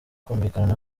kumvikana